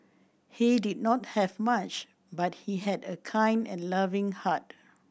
he did not have much but he had a kind and loving heart